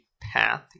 path